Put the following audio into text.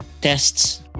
tests